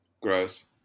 Gross